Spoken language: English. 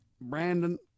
Brandon